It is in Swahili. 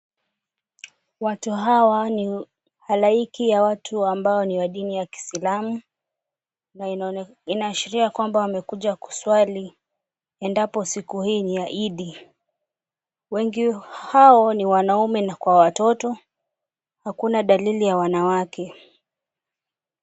Watu hawa ni halaiki ya watu ambao ni wa dini ya Kiislamu na inaashiria kwamba wamekuja kuswali endapo kwamba siku hii ni ya Idi. Wengi hao ni wanaume kwa watoto, hakuna dalili ya wanawake.